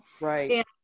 right